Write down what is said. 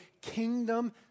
kingdom